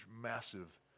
massive